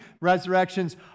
resurrections